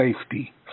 safety